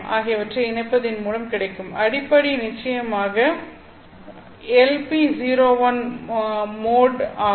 ஆகியவற்றை இணைப்பதின் மூலம் கிடைக்கும் அடிப்படை நிச்சயமாக LP01 போர்ட் ஆகும்